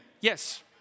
Yes